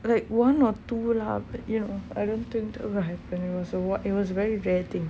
like one or two lah but ya I don't think it was or what it was a very rare thing